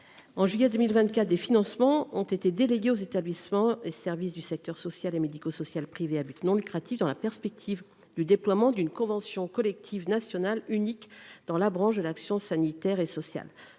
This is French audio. de juillet 2024, des financements ont été délégués aux établissements et services sociaux et médico sociaux (ESSMS) privés à but non lucratif, dans la perspective du déploiement d’une convention collective nationale unique dans la branche de l’action sanitaire et sociale.